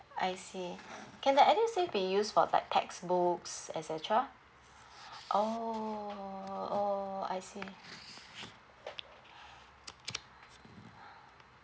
I see can the edusave be used for like textbooks et cetera oh oh I see